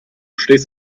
stehst